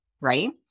Right